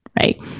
Right